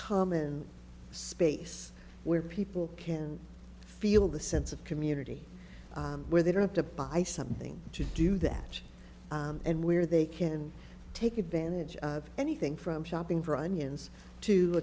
common space where people can feel the sense of community where they don't have to buy something to do that and where they can take advantage of anything from shopping for onions t